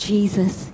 Jesus